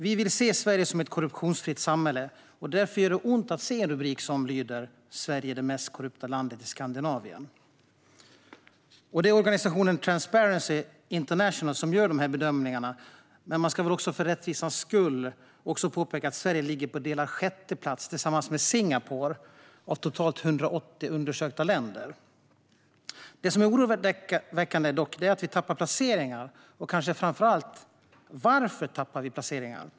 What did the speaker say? Vi vill se Sverige som ett korruptionsfritt samhälle, och därför gör det ont att se en rubrik som lyder: "Sverige mest korrupta landet i Skandinavien!" Det är Transparency International som gör bedömningen, men vi ska för rättvisans skull också påpeka att Sverige ligger på delad sjätteplats tillsammans med Singapore av totalt 180 undersökta länder. Det som är oroväckande är att Sverige tappar placeringar och framför allt varför Sverige tappar placeringar.